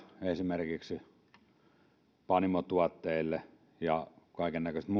esimerkiksi panimotuotteille ja kaikennäköisessä